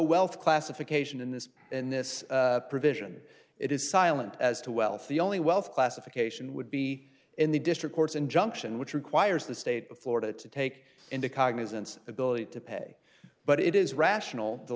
wealth classification in this in this provision it is silent as to wealth the only wealth classification would be in the district court's injunction which requires the state of florida to take into cognizance ability to pay but it is rational the